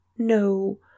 No